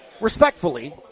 respectfully